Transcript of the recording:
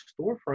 storefront